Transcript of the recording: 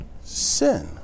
sin